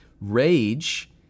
Rage